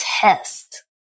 test